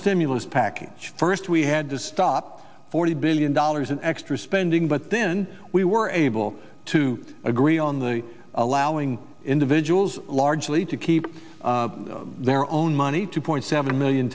stimulus package first we had to stop forty billion dollars in extra spending but then we were able to agree on the allowing individuals largely to keep their own money two point seven million